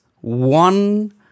one